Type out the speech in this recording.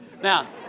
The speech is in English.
Now